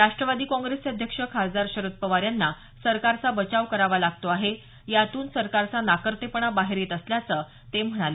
राष्ट्रवादी काँग्रेसचे अध्यक्ष खासदार शरद पवार यांना सरकारचा बचाव करावा लागतो आहे यातून सरकारचा नाकर्तेपणा बाहेर येत असल्याचं ते म्हणाले